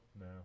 no